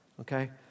okay